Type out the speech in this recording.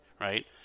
Right